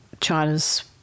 China's